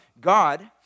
God